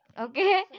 Okay